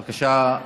בבקשה,